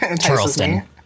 charleston